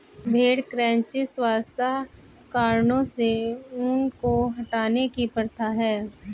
भेड़ क्रचिंग स्वच्छता कारणों से ऊन को हटाने की प्रथा है